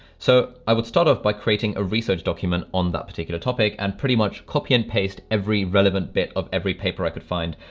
so, i would start off by creating a research document on that particular topic and pretty much copy and paste every relevant bit of every paper i could find.